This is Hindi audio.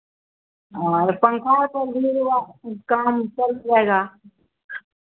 और पंखा है तो भी काम चल जाएगा